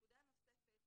נקודה נוספת